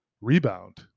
rebound